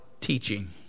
teaching